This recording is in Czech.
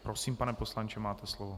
Prosím, pane poslanče, máte slovo.